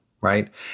right